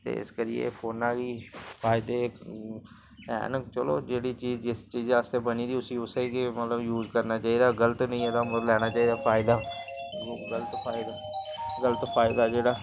ते इस करियै फोना गी फायदे हैन चलो जेह्ड़ी चीज जिस चीजा आस्तै बनी दी उस्सी उस्सै गै मतलब यूज करना चाहिदा गल्त निं एह्दा ओह् लैना चाहिदा फायदा गल्त फायदा गल्त फायदा जेह्ड़ा